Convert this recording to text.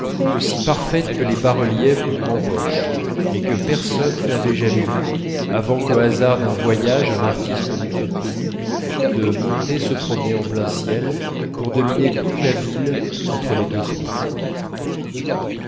aussi parfaites que les bas-reliefs du grand porche mais que personne n'avait jamais vues avant qu'au hasard d'un voyage un artiste n'eût obtenu de monter se promener en plein ciel pour dominer toute la ville entre les deux tours